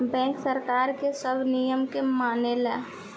bank सरकार के सब नियम के मानेला